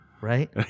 right